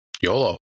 YOLO